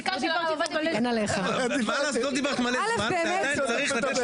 לא כתוב